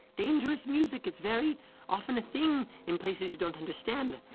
dangerous music is very often a thing in places you don't understand.